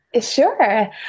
Sure